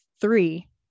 three